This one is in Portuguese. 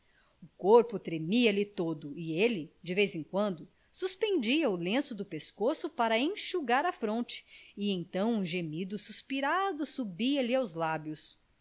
o corpo tremia lhe todo e ele de vez em quando suspendia o lenço do pescoço para enxugar a fronte e então um gemido suspirado subia lhe aos lábios